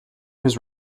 his